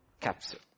Capsule